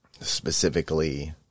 specifically